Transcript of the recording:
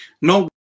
No